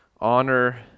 honor